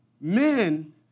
Men